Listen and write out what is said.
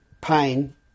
Pain